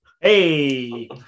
Hey